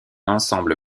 ensemble